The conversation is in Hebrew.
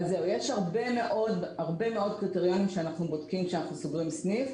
יש הרבה מאוד קריטריונים שאנחנו בודקים כשאנחנו סוגרים סניף.